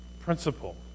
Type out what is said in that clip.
principle